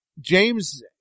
James